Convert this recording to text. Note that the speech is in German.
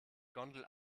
gondel